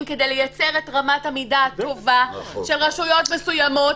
כדי לייצר את רמת המידה הטובה של רשויות מסוימות.